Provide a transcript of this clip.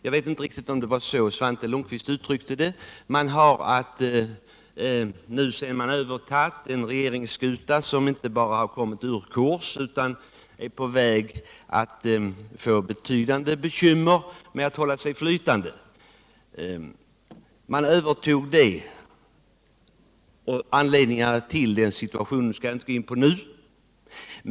Jag vet dock inte om det var riktigt så här Svante Lundkvist uttryckte det: Man har övertagit en regeringsskuta som inte bara kommit ur kurs utan också har betydande bekymmer med att hålla sig flytande. Anledningen till den situationen skall jag inte gå in på vid detta tillfälle.